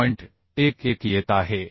11 येत आहे